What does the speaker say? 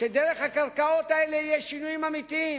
שדרך הקרקעות האלה יהיו שינויים אמיתיים,